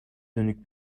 dönük